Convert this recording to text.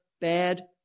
bad